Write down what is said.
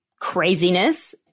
craziness